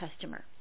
customer